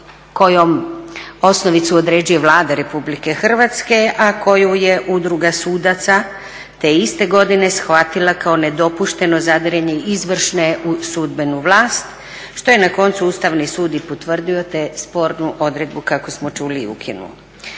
kojom, osnovicu određuje Vlada Republike Hrvatske, a koju je udruga sudaca te iste godine shvatila kao nedopušteno zadiranje izvršne u sudbenu vlast što je na koncu Ustavni sud i potvrdio, te spornu odredbu kako smo čuli i ukinuo.